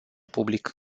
public